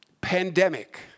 pandemic